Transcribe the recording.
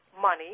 money